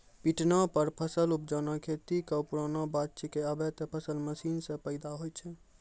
पिटना पर फसल उपजाना खेती कॅ पुरानो बात छैके, आबॅ त फसल मशीन सॅ पैदा होय छै